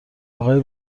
آقای